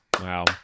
wow